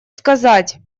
сказать